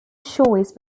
choice